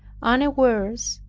unawares,